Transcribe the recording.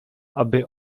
aby